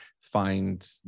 find